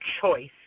choice